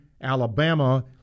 Alabama